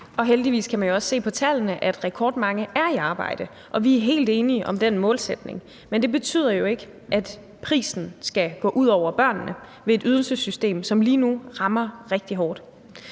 Heldigvis kan man jo også se på tallene, at rekordmange er i arbejde, og vi er helt enige om den målsætning. Men det betyder jo ikke, at det skal have den pris, at det går ud over børnene, når vi har et ydelsessystem, som lige nu rammer rigtig hårdt.